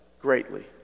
greatly